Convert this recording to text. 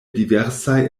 diversaj